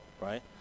right